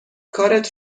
کارت